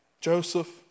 Joseph